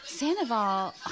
Sandoval